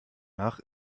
nach